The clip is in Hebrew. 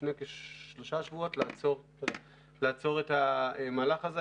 לפני כשלושה שבועות לעצור את המהלך הזה.